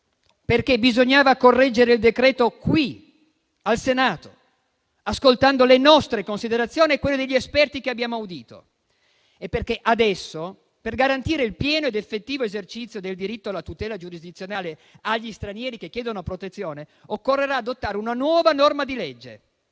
perché bisognava correggere il decreto-legge qui, al Senato, ascoltando le nostre considerazioni e quelle degli esperti che abbiamo audito. Infatti, adesso, per garantire il pieno ed effettivo esercizio del diritto alla tutela giurisdizionale agli stranieri che chiedono protezione, occorrerà adottare una nuova norma di legge.